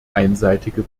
einseitige